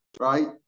right